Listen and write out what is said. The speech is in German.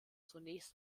zunächst